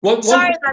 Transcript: sorry